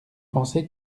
pensé